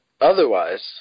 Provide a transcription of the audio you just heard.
otherwise